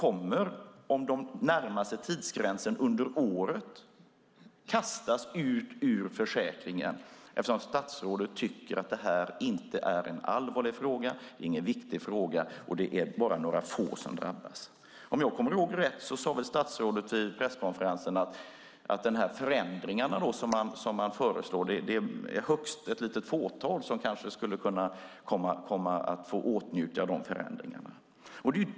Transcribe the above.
Om de närmar sig tidsgränsen under året kommer de att kastas ut ur försäkringen eftersom statsrådet inte tycker att det här är en allvarlig fråga och en viktig fråga, och det är bara några få som drabbas. Om jag kommer ihåg rätt sade statsrådet vid presskonferensen att högst ett lite fåtal skulle kunna få åtnjuta de förändringar som man föreslår.